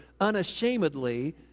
unashamedly